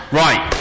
right